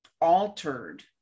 altered